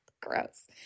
Gross